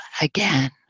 again